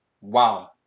wow